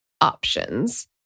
options